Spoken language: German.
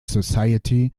society